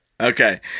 Okay